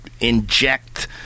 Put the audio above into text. inject